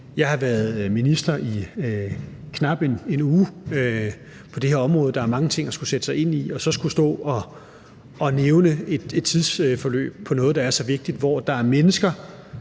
Jeg har været minister på det her område i knap en uge, og der er mange ting at skulle sætte sig ind i – i forhold til at skulle stå og nævne et tidsforløb for noget, der er så vigtigt. Der er mennesker